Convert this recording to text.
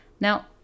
Now